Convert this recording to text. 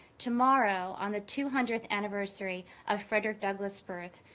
tomorrow, on the two hundredth anniversary of frederick douglass' birth,